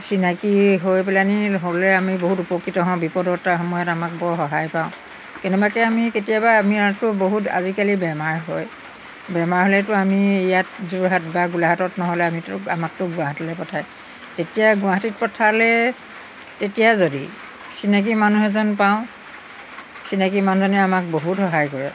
চিনাকী হৈ পেলানি হ'লে আমি বহুত উপকৃত হওঁ বিপদ এটাৰ সময়ত আমাক বৰ সহায় পাওঁ কেনেবাকৈ আমি কেতিয়াবা আমিতো বহুত আজিকালি বেমাৰ হয় বেমাৰ হ'লেতো আমি ইয়াত যোৰহাট বা গোলাঘাটত নহ'লে আমিতো আমাকতো গুৱাহাটীলৈ পঠায় তেতিয়া গুৱাহাটীত পঠালে তেতিয়া যদি চিনাকী মানুহ এজন পাওঁ চিনাকী মানুহজনে আমাক বহুত সহায় কৰে